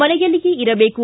ಮನೆಯಲ್ಲೇ ಇರಬೇಕು